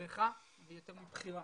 בריחה ויותר מבחירה.